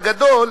הגדול,